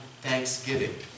thanksgiving